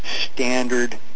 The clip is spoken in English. standard